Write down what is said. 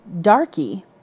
darky